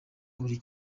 buri